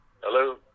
Hello